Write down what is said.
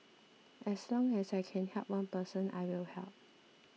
as long as I can help one person I will help